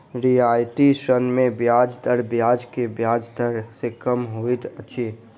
रियायती ऋण मे ब्याज दर बाजार के ब्याज दर सॅ कम होइत अछि